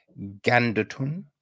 Ganderton